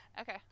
Okay